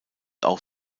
auch